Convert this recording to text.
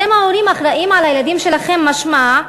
אתם, ההורים, אחראים לילדים שלכם, משמע,